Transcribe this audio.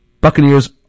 Buccaneers